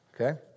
Okay